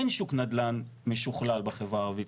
אין שוק נדל"ן משוכלל בחברה הערבית,